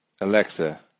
Alexa